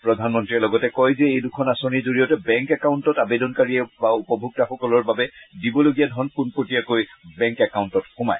প্ৰধানমন্ত্ৰীয়ে লগতে কয় যে এইদুখন আঁচনিৰ জৰিয়তে বেংক একাউণ্টত আবেদনকাৰী বা উপভোক্তাসকলৰ বাবে দিবলগীয়া ধন পোনপটীয়াকৈ বেংক একাউণ্টত সোমায়